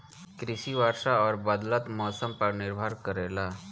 कृषि वर्षा और बदलत मौसम पर निर्भर करेला